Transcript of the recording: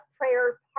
prayer